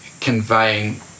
conveying